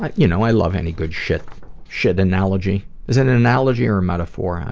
but you know i love any good shit shit analogy. is it an analogy or a metaphor?